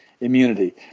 immunity